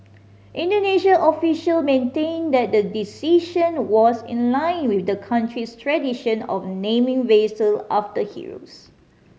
Indonesian official maintained that the decision was in line with the country's tradition of naming vessel after heroes